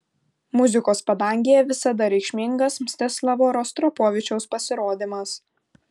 muzikos padangėje visada reikšmingas mstislavo rostropovičiaus pasirodymas